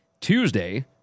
Tuesday